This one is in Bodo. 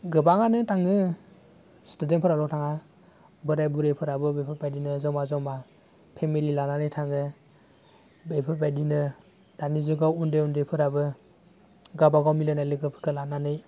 गोबाङानो थाङो स्टुडेन्तफ्राल' थाङा बोराय बुरैफ्राबो बेफोर बायदिनो जमा जमा फेमिलि लानानै थाङो बेफोरबायदिनो दानि जुगाव उन्दै उन्दैफोराबो गाबागाव मिलायनाय लोगोफोरखौ लानानै